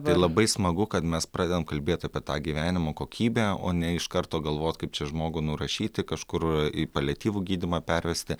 tai labai smagu kad mes pradedam kalbėt apie tą gyvenimo kokybę o ne iš karto galvot kaip čia žmogų nurašyti kažkur į paliatyvų gydymą pervesti